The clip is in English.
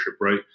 right